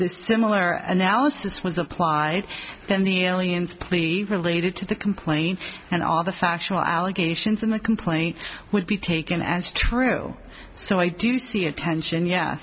the similar analysis was applied then the aliens plea related to the complaint and all the factual allegations in the complaint would be taken as true so i do see attention ye